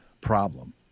problem